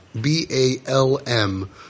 B-A-L-M